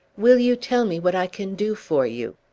will you tell me what i can do for you?